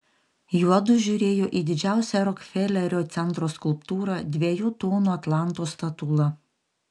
juodu žiūrėjo į didžiausią rokfelerio centro skulptūrą dviejų tonų atlanto statulą